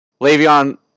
Le'Veon